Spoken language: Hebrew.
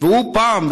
והוא פעם,